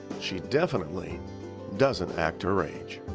she definitely doesn't act her age.